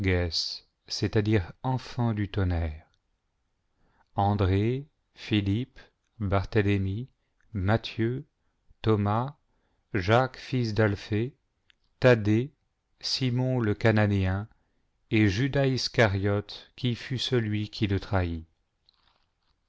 enfants du tonnerre andrée philippe barthélemi matthieu thomas jacques fils d'alphée thaddée simon le cananéen et judas iscariote qui fut celui qui le trahit